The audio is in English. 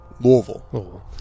Louisville